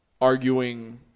arguing